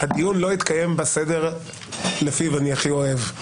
הדיון לא יתקיים בסדר לפיו אני הכי אוהב.